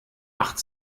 acht